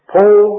Paul